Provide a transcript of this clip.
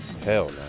Hell